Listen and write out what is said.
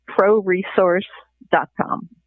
proresource.com